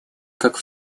как